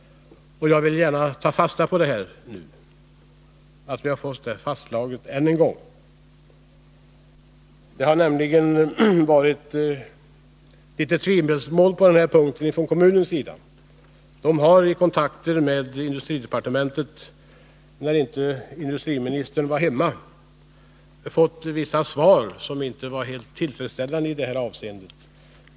Jag vill gärna ta fasta på att vi än en gång fått detta fastslaget. Det har nämligen rått en del tvivelsmål på den punkten från kommunens sida. Kommunen har vid kontakter med industridepartementet, då inte industriministern var hemma, fått vissa svar som inte var helt tillfredsställande i det här avseendet.